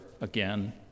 again